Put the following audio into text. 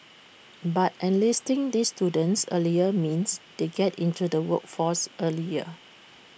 but enlisting these students earlier means they get into the workforce earlier